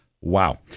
Wow